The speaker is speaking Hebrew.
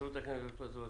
התפזרות הכנסת?